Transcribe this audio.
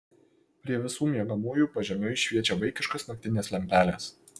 prie visų miegamųjų pažemiui šviečia vaikiškos naktinės lempelės